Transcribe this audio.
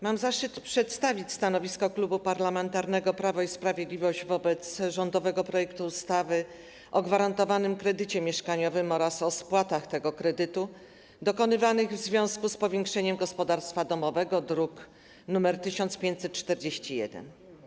Mam zaszczyt przedstawić stanowisko Klubu Parlamentarnego Prawo i Sprawiedliwość wobec rządowego projektu ustawy o gwarantowanym kredycie mieszkaniowym oraz o spłatach tego kredytu dokonywanych w związku z powiększeniem gospodarstwa domowego, druk nr 1541.